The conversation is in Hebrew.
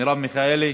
מרב מיכאלי,